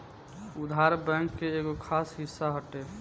उधार, बैंक के एगो खास हिस्सा हटे